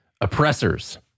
oppressors